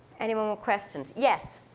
anyone with questions. yes.